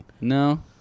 No